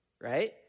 right